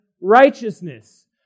righteousness